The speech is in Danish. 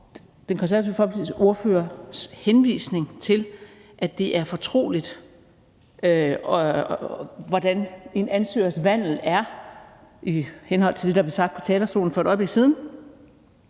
Folkepartis ordførers henvisning til, at det er fortroligt, hvordan en ansøgers vandel er, i henhold til det, der blev sagt fra talerstolen for et øjeblik siden,